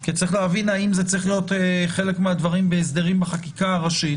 כי צריך להבין האם זה צריך להיות חלק מהדברים בהסדרים בחקיקה הראשית,